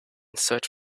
search